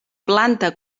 planta